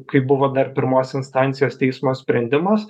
kai buvo dar pirmos instancijos teismo sprendimas